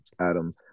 Adam